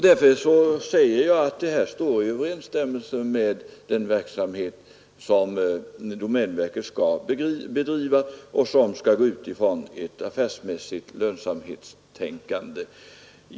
Detta står i överensstämmelse med den verksamhet som domänverket skall bedriva mot bakgrunden av ett affärsmässigt lönsamhetstänkande.